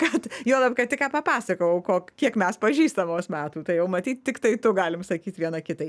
kad juolab kad tik ką papasakojau ko kiek mes pažįstamos metų tai jau matyt tiktai tu galim sakyt viena kitai